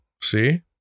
See